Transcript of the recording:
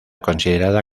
considerada